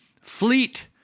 fleet